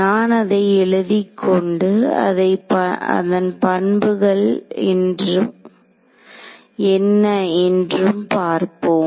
நான் அதை எழுதிக்கொண்டு அதன் பண்புகள் என்ன என்று பார்ப்போம்